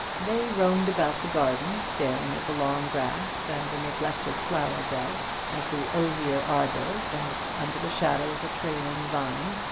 they roamed about the garden, staring at the long grass and the neglected flower-beds at the osier arbour, dark under the shadow of a trailing vine,